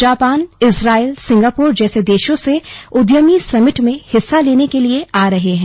Japan Israel Singapore जैसे देशों से उद्यमी समिट में हिस्सा लेने के लिए आ रहे हैं